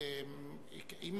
אי-אפשר לעשות הפסקה של דקה?